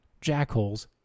Jackholes